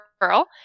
girl